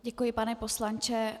Děkuji, pane poslanče.